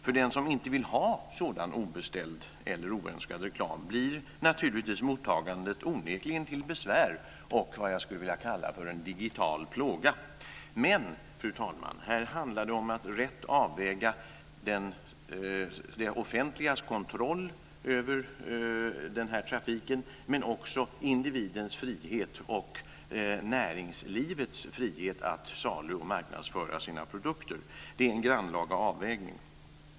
För den som inte vill ha sådan obeställd eller oönskad reklam blir mottagandet onekligen till besvär och något som jag skulle vilja kalla för en digital plåga. Men, fru talman, det handlar om att rätt avväga det offentligas kontroll över den här trafiken men också individens frihet och näringslivets frihet att salu och marknadsföra sina produkter. Det är en grannlaga avvägning.